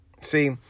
See